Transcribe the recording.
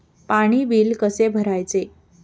पाणी बिल कसे भरायचे?